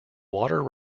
water